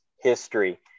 history